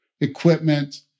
equipment